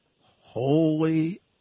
holy